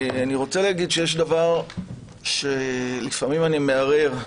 אני רוצה לומר שיש דבר שלפעמים אני מהרהר.